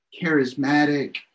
charismatic